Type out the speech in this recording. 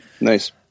nice